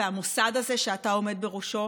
והמוסד הזה שאתה עומד בראשו,